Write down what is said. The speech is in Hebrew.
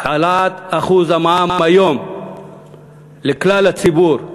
העלאת אחוז המע"מ היום לכלל הציבור,